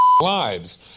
lives